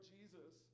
Jesus